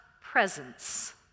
presence